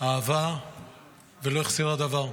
אהבה ולא החסירה דבר.